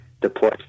deploy